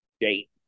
date